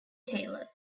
taylor